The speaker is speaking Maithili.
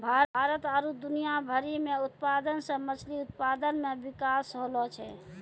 भारत आरु दुनिया भरि मे उत्पादन से मछली उत्पादन मे बिकास होलो छै